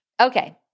Okay